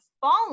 falling